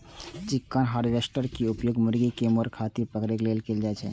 chicken harvester के उपयोग मुर्गी कें मारै खातिर पकड़ै लेल कैल जाइ छै